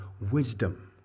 wisdom